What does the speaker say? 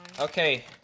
Okay